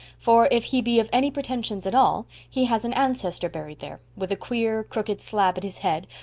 for, if he be of any pretensions at all, he has an ancestor buried there, with a queer, crooked slab at his head,